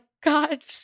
God